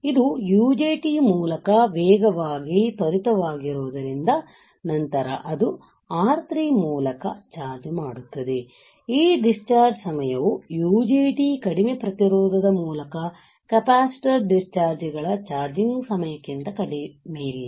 ಇದು UJT ಮೂಲಕ ವೇಗವಾಗಿ ಹೆಚ್ಚು ತ್ವರಿತವಾಗಿರುವುದರಿಂದ ನಂತರ ಅದು R3 ಮೂಲಕ ಚಾರ್ಜ್ ಮಾಡುತ್ತದೆ ಈ ಡಿಸ್ಚಾರ್ಜ್ ಸಮಯವು UJT ಕಡಿಮೆ ಪ್ರತಿರೋಧದ ಮೂಲಕ ಕೆಪಾಸಿಟರ್ ಡಿಸ್ಚಾರ್ಜ್ ಗಳ ಚಾರ್ಜಿಂಗ್ ಸಮಯಕ್ಕಿಂತ ಕಡಿಮೆಯಿಲ್ಲ